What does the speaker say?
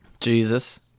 Jesus